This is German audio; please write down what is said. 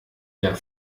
der